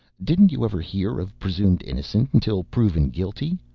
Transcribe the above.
didn't you ever hear of presumed innocence until proven guilty?